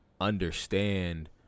understand